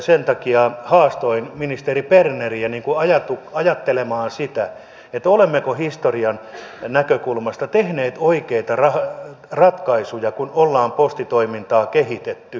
sen takia haastoin ministeri berneriä ajattelemaan sitä olemmeko historian näkökulmasta tehneet oikeita ratkaisuja kun olemme postitoimintaa kehittäneet